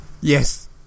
Yes